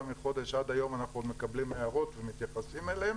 מחודש עד היום אנחנו מקבלים הערות ומתייחסים אליהן